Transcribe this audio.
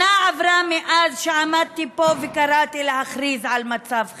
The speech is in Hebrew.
שנה עברה מאז שעמדתי פה וקראתי להכריז על מצב חירום.